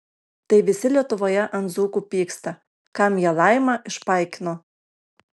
tai visi lietuvoje ant dzūkų pyksta kam jie laimą išpaikino